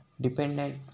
dependent